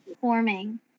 forming